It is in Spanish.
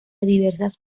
diversas